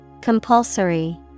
Compulsory